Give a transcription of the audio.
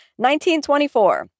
1924